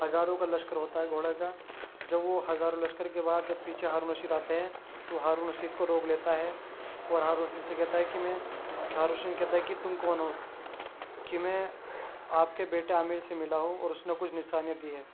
ہزاروں کا لشکر ہوتا ہے گھوڑے کا جب وہ ہزاروں لشکر کے بعد جب پیچھے ہارون رشید آتے ہیں تو ہارون رشید کو روک لیتا ہے اور ہارون رشید سے کہتا ہے کہ میں کہ ہارون رشید کہتا ہے کہ تم کون ہو کہ میں آپ کے بیٹے عامر سے ملا ہوں اور اس نے مجھے کچھ نشانیاں دی ہیں